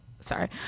sorry